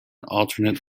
alternate